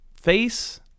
Face